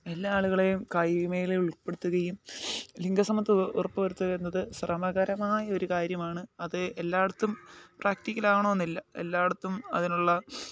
എല്ലാ ആളുകളെയും കായിക മേഖലയിൽ ഉൾപ്പെടുത്തുകയും ലിംഗ സമത്വം ഉറപ്പു വരുത്തുക എന്നത് ശ്രമകരമായ ഒരു കാര്യമാണ് അത് എല്ലായിടത്തും പ്രാക്ടിക്കൽ ആവണം എന്നില്ല എല്ലായിടത്തും അതിനുള്ള